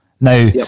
now